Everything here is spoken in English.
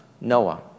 Noah